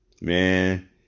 man